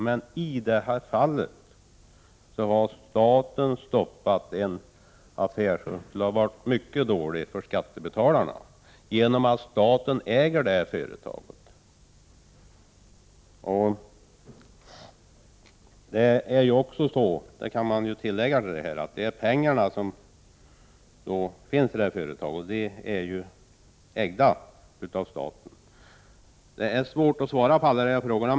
Men i det här fallet har staten stoppat en affär, som skulle ha varit mycket dålig för skattebetalarna i och med att staten äger företaget. Man kan tillägga att pengarna som finns i företaget ägs av staten. Det är svårt att svara på alla frågorna.